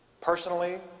Personally